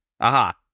Aha